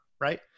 right